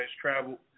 travel